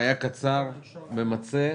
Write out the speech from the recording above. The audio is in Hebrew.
היה קצר וממצה.